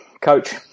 Coach